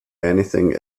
anything